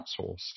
outsourced